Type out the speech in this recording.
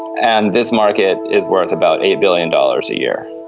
and this market is worth about eight billion dollars a year.